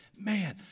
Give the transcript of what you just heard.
Man